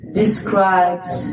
describes